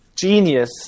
genius